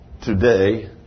today